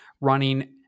running